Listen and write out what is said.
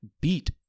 beat